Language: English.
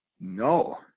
No